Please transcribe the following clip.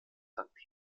sankt